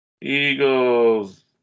Eagles